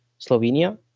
Slovenia